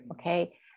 Okay